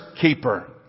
keeper